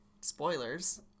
Spoilers